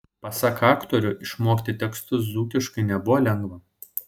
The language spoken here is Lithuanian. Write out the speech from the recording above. pasak aktorių išmokti tekstus dzūkiškai nebuvo lengva